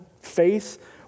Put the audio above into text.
faith